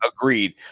agreed